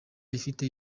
ifite